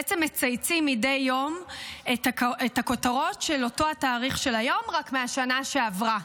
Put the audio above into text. בעצם מצייצים מדי יום את הכותרות של אותו תאריך של היום רק מהשנה שעברה.